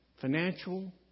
financial